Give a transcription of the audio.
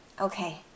Okay